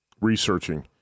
researching